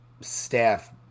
staff